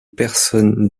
personne